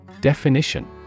Definition